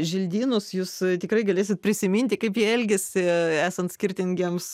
želdynus jūs tikrai galėsit prisiminti kaip jie elgiasi esant skirtingiems